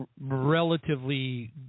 relatively